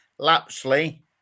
Lapsley